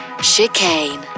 Chicane